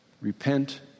Repent